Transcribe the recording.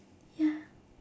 ya